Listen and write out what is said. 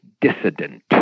dissident